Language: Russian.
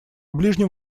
ближнем